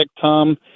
tom